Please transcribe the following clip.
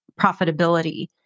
profitability